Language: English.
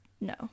no